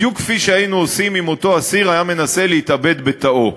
בדיוק כפי שהיינו עושים אם אותו אסיר היה מנסה להתאבד בתאו.